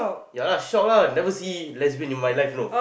yeah lah shock lah never see lesbian in my life know